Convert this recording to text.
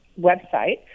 website